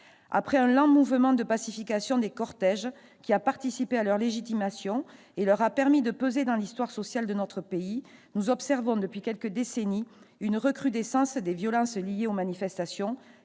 Après un lent mouvement de pacification des cortèges, qui a participé à leur légitimation et leur a permis de peser dans l'histoire sociale de notre pays, nous observons, depuis quelques décennies, une recrudescence des violences liées aux manifestations,